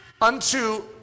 unto